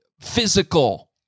physical